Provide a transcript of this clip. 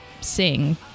sing